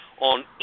on